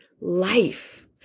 life